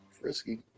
frisky